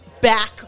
back